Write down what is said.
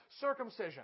circumcision